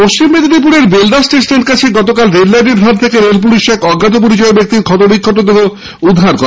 পশ্চিম মেদিনীপুরের বেলদা স্টেশনের কাছে গতকাল রেল লাইনের ধার থেকে রেল পুলিশ এক অজ্ঞাত পরিচয় ব্যক্তির ক্ষতবিক্ষত মৃতদেহ উদ্ধার করে